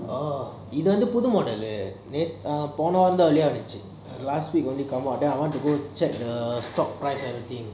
இது வந்து புது:ithu vanthu puthu model eh நேத்து போன வாரம் தான் வெளிய வந்துச்சி:neathu pona vaaram thaan veliya vanthuchi ask him don't want come out so I want to check the stock price everything